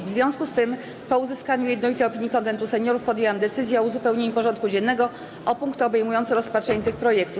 W związku z tym, po uzyskaniu jednolitej opinii Konwentu Seniorów, podjęłam decyzję o uzupełnieniu porządku dziennego o punkty obejmujące rozpatrzenie tych projektów.